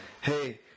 Hey